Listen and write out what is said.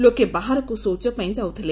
ଲୋକେ ବାହାରକୁ ଶୌଚପାଇଁ ଯାଉଥେଲେ